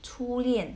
初恋